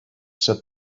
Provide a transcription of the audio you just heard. said